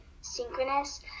synchronous